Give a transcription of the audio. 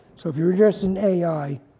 so if you're interested in ai,